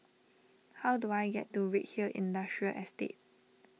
how do I get to Redhill Industrial Estate